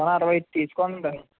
ఆహా అరవై ఐదు తీసుకోండి